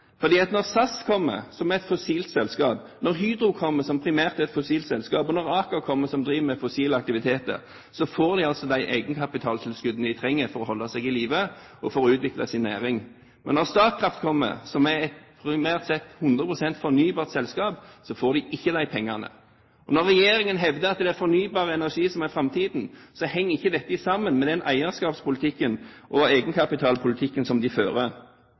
Når SAS, som er et fossil-energi-selskap, kommer, når Hydro, som primært er et fossil-energi-selskap, kommer, og når Aker, som driver med fossil-energi-aktiviteter, kommer, får de altså de egenkapitaltilskuddene de trenger for å holde seg i live og for å utvikle sin næring, men når Statkraft, som primært sett er et 100 pst. fornybar-energi-selskap, får de ikke pengene. Når regjeringen hevder at det er fornybar energi som er fremtiden, henger ikke dette sammen med den eierskapspolitikken og egenkapitalpolitikken som den fører.